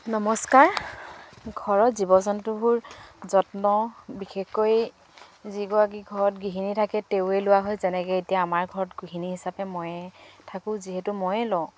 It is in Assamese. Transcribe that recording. নমস্কাৰ ঘৰত জীৱ জন্তুবোৰ যত্ন বিশেষকৈ যিগৰাকী ঘৰত গৃহিণী থাকে তেওঁৱে লোৱা হয় যেনেকৈ এতিয়া আমাৰ ঘৰত গৃহিণী হিচাপে ময়ে থাকোঁ যিহেতু ময়ে লওঁ